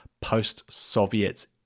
post-Soviet